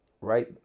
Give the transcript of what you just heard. right